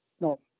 no